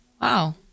Wow